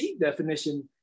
definition